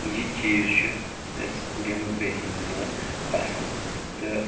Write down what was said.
یہِ چیٖز چھُ اسہِ ڈٮ۪موکرٛیسی منٛز یِوان پَسنٛد تہٕ